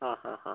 ആ ആ ആ